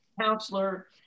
counselor